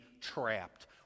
trapped